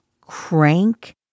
crank